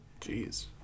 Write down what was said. Jeez